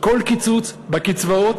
כל קיצוץ בקצבאות,